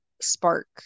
spark